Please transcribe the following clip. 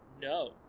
No